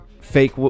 fake